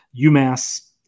umass